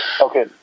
okay